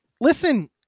Listen